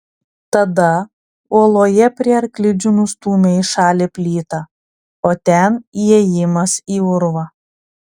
tada uoloje prie arklidžių nustūmė į šalį plytą o ten įėjimas į urvą